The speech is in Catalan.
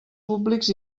públics